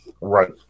Right